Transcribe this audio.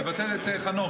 לא נקלט.